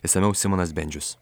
išsamiau simonas bendžius